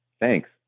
Thanks